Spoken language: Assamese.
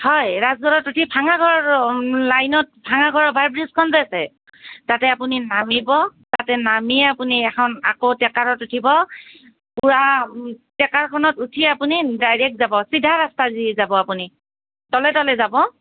হয় ৰাজগড়ত উঠি ভঙাগড়ৰৰ লাইনত ভঙাগড়ৰ অভাৰব্ৰীজখন যে আছে তাতে আপুনি নামিব তাতে নামিয়ে আপুনি এখন আকৌ ট্ৰেকাৰত উঠিব পূৰা ট্ৰেকাৰখনত উঠিয়ে আপুনি ডাইৰেক্ট যাব চিধা ৰাস্তা দি যাব আপুনি তলে তলে যাব